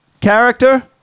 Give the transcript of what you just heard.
character